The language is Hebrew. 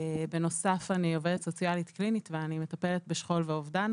בנוסף אני עובדת סוציאלית קלינית ואני מטפלת בשכול ואובדן